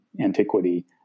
antiquity